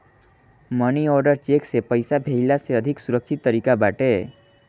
मनी order cheque से पईसा भेजला से अधिका सुरक्षित तरीका बाटे